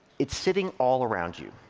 it's sitting all around you,